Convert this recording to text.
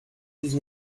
dix